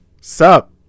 sup